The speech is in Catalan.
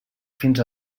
fins